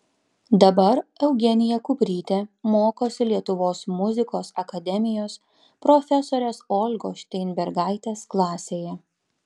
dabar eugenija kuprytė mokosi lietuvos muzikos akademijos profesorės olgos šteinbergaitės klasėje